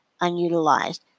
unutilized